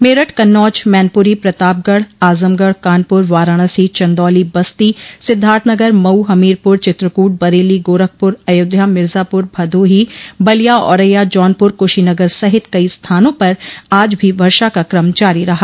मेरठ कन्नौज मैनपुरी प्रतापगढ़ आजमगढ़ कानपुर वाराणसी चंदौली बस्ती सिद्धार्थनगर मऊ हमीरपुर चित्रकूट बरेली गोरखपुर अयोध्या मिर्जापुर भदोही बलिया आरैया जौनपुर कुशीनगर सहित कई स्थानों पर आज भी वर्षा का कम जारी रहा